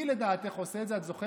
מי לדעתך עושה את זה, את זוכרת?